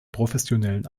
professionellen